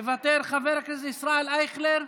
מוותר, חבר הכנסת ישראל אייכלר,